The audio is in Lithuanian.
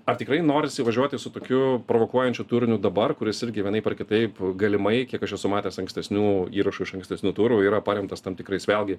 ar tikrai norisi važiuoti su tokiu provokuojančiu turiniu dabar kuris irgi vienaip ar kitaip galimai kiek aš esu matęs ankstesnių įrašų iš ankstesnių turų yra paremtas tam tikrais vėlgi